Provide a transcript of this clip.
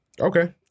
Okay